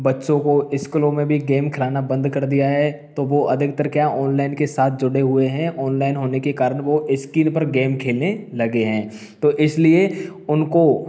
बच्चों को स्कूलों में भी गेम खिलाना बंद कर दिया है तो वो अधिकतर क्या ओनलाइन के साथ जुड़े हुए हैं ओनलाइन होने के कारण वो स्कीन पर गेम खेलने लगे हैं तो इसलिए उनको